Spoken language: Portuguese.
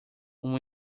uma